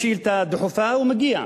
שאילתא דחופה, הוא מגיע.